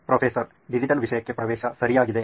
professor digital ವಿಷಯಕ್ಕೆ ಪ್ರವೇಶ ಸರಿಯಾಗಿದೆ